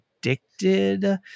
addicted